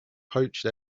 poached